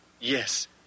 Yes